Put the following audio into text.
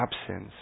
absence